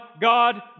God